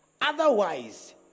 Otherwise